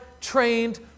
trained